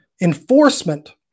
enforcement